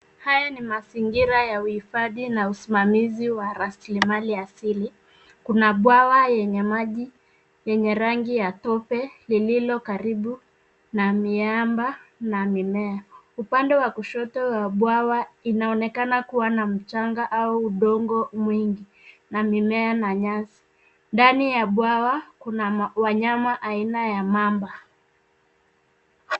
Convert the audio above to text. Haya ni mazingira ya uhifadhi na usimamizi wa rasilimali asili. Kuna bwawa yenye maji yenye rangi ya tope lililokaribu na miamba na mimea. Upande wa kushoto wa bwawa inaonekana kuwa na mchanga au udongo mwingi na mimea na nyasi. Ndani ya bwawa kuna wanyama aina ya mamba.